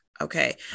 Okay